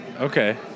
Okay